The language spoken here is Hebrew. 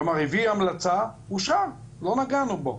כלומר הביא המלצה, אושר, לא נגענו בו.